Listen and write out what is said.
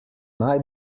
naj